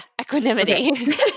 Equanimity